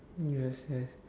yes yes